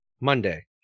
monday